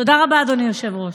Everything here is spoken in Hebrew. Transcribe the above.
תודה רבה, אדוני היושב-ראש.